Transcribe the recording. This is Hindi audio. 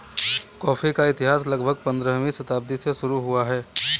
कॉफी का इतिहास लगभग पंद्रहवीं शताब्दी से शुरू हुआ है